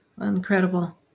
Incredible